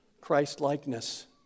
Christ-likeness